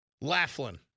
Laughlin